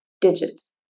digits